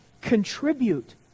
contribute